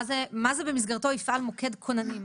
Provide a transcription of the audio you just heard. מה זה "במסגרתו יפעל מוקד כוננים"?